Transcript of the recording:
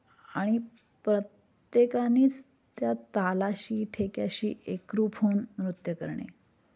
आणि प्रत्येकानेच त्या तालाशी ठेक्याशी एकरूप होऊन नृत्य करणे